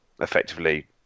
effectively